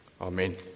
Amen